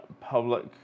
public